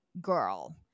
girl